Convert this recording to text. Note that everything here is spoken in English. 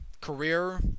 career